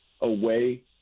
away